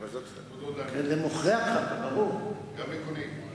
גם לקונים.